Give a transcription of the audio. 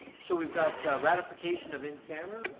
so we've got ratification of in camera,